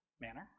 manner